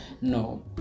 No